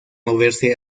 moverse